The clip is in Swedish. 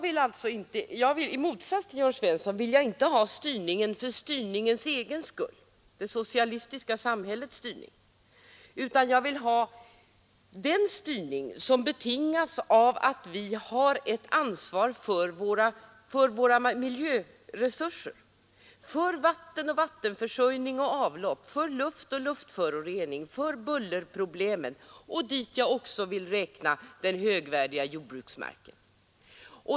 I motsats till Jörn Svensson vill jag emellertid inte ha en styrning som är det socialistiska samhällets styrning, utan jag vill ha den styrning som betingas av att vi har ett ansvar för våra miljöresurser, för vatten och vattenförsörjning och avlopp, för luft och luftföroreningar och för bullerproblemen. Till miljöresurserna vill jag också räkna den högvärdiga jordbruksmarken.